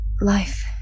Life